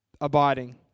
abiding